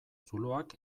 zuloak